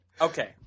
okay